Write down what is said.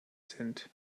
sind